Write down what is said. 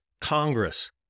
Congress